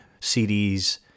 CDs